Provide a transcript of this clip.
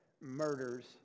murders